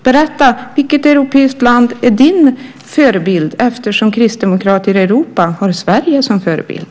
Berätta vilket europeiskt land som är din förebild, eftersom kristdemokrater i Europa har Sverige som förebild!